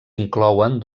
inclouen